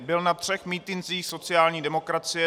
Byl na třech mítincích sociální demokracie.